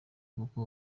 kuko